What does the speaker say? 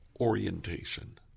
orientation